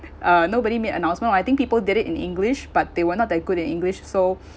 uh nobody made announcement or I think people did it in english but they were not that good in english so